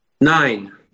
Nine